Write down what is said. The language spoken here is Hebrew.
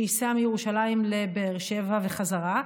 שייסע מירושלים לבאר שבע וחזרה.